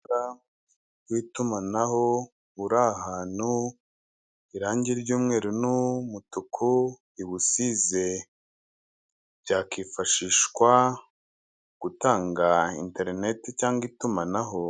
Umunara w' itumanaho uri ahantu, irange ry'umweru n'umutuku biwusize, byakifashishwa gutanga interineti cyangwa itumanaho.